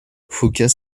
phocas